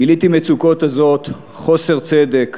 גיליתי מצוקות עזות, חוסר צדק,